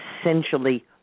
essentially